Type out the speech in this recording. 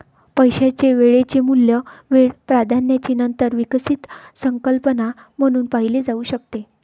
पैशाचे वेळेचे मूल्य वेळ प्राधान्याची नंतर विकसित संकल्पना म्हणून पाहिले जाऊ शकते